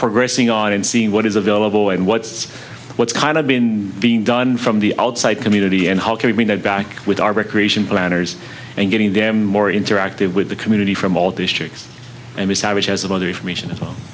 progressing on and seeing what is available and what's what's kind of been being done from the outside community and how can we bring that back with our recreation planners and getting them more interactive with the community from all districts and decide